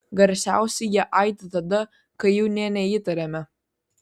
garsiausiai jie aidi tada kai jų nė neįtariame